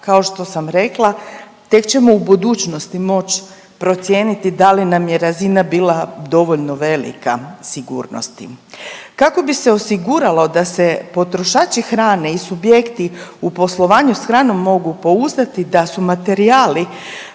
kao što sam rekla tek ćemo u budućnosti moći procijeniti da li nam je razina bila dovoljno velika sigurnosti. Kako bi se osiguralo da se potrošači hrane i subjekti u poslovanju s hranom mogu pouzdati da su materijali